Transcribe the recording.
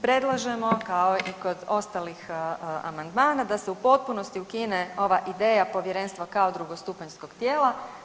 Predlažemo kao i kod ostalih amandmana da se u potpunosti ukine ova ideja povjerenstva kao drugostupanjskog tijela.